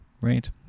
Right